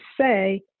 say